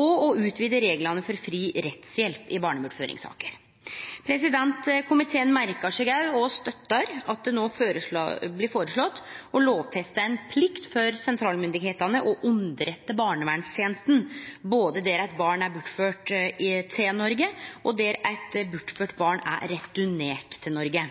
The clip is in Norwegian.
og å utvide reglane for fri rettshjelp i barnebortføringssaker. Komiteen merkar seg òg, og støttar, at det no blir føreslått å lovfeste ei plikt for sentralstyresmaktene til å underrette barnevernstenesta både der eit barn er bortført til Noreg, og der eit bortført barn er returnert til Noreg.